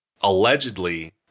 allegedly